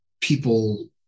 people